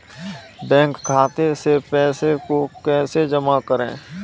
Bank खाते से पैसे को कैसे जमा करें?